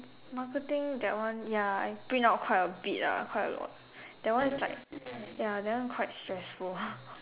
marketing that one ya I print out quite a bit ah quite a lot that one is like ya that one quite stressful